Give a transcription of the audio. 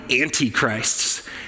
antichrists